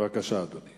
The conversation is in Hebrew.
בבקשה, אדוני.